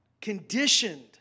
conditioned